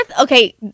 okay